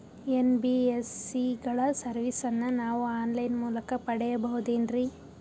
NBSC ಗಳ ಸರ್ವಿಸನ್ನ ನಾವು ಆನ್ ಲೈನ್ ಮೂಲಕ ಪಡೆಯಬಹುದೇನ್ರಿ?